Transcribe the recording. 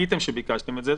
וטעיתם שביקשתם את זה.